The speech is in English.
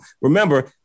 Remember